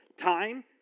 Time